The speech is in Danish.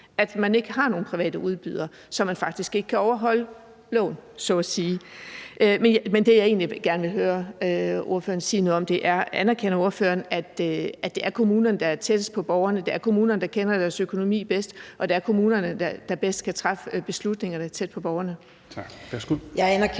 at man ikke har nogen private udbydere, så man faktisk ikke kan overholde loven så at sige. Men det, jeg egentlig gerne vil høre ordføreren sige noget om, er, om ordføreren anerkender, at det er kommunerne, der er tættest på borgerne, at det er kommunerne, der kender deres økonomi bedst, og at det er kommunerne, der bedst kan træffe beslutningerne tæt på borgerne.